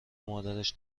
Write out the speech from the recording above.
مادرش